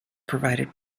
provided